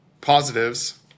positives